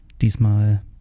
diesmal